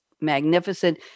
magnificent